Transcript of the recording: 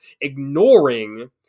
ignoring